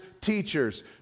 teachers